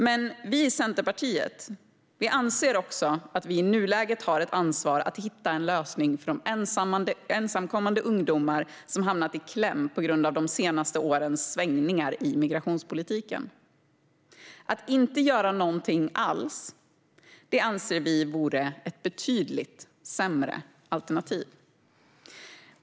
Men vi i Centerpartiet anser också att vi i nuläget har ett ansvar att hitta en lösning för de ensamkommande ungdomar som hamnat i kläm på grund av de senaste årens svängningar i migrationspolitiken. Att inte göra någonting alls anser vi vore ett betydligt sämre alternativ.